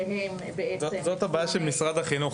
שהם בעצם --- זאת הבעיה של משרד החינוך,